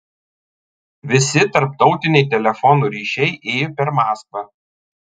visi tarptautiniai telefono ryšiai ėjo per maskvą